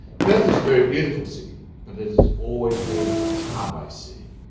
perth is a very beautiful city, but it has always been a car-based city.